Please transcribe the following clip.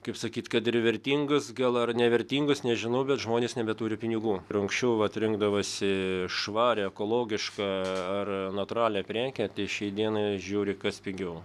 kaip sakyt kad ir vertingas gal ar nevertingas nežinau bet žmonės nebeturi pinigų ir anksčiau vat rinkdavosi švarią ekologišką ar natūralią prekę tai šiai dienai žiūri kas pigiau